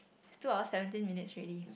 it's two hours seventeen minutes already